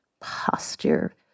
Posture